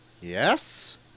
Yes